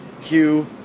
Hugh